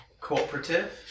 cooperative